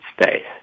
space